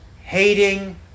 hating